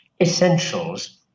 essentials